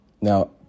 Now